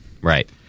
right